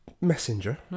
messenger